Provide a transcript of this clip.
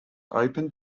opened